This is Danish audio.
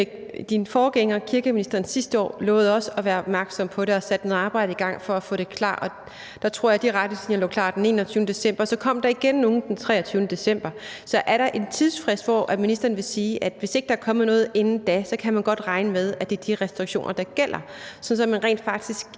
den forrige kirkeminister, sidste år også lovede at være opmærksom på det og satte noget arbejde i gang for at få det klar. Der tror jeg, at de retningslinjer lå klar den 21. december, og så kom der igen nogle den 23. december. Så er der en tidsfrist, hvor ministeren vil sige, at hvis ikke der er kommet noget inden da, kan man godt regne med at det er de restriktioner, der gælder, sådan at man i